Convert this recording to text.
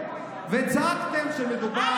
וצעקתם שמדובר,